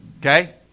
Okay